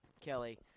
Kelly